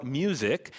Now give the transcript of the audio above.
music